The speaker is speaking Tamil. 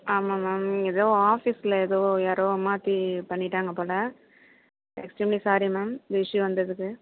ஆமாம் மேம் இங்கே ஏதோ ஆஃபீஸ்ஸில் ஏதோ யாரோ மாற்றி பண்ணிவிட்டாங்க போல் எக்ஸ்ட்ரீம்லி சாரி மேம் இந்த இஷ்யூ வந்ததுக்கு